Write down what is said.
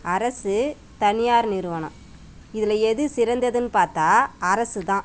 அரசு தனியார் நிறுவனம் இதில் எது சிறந்ததுன்னு பார்த்தா அரசு தான்